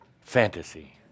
Fantasy